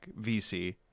VC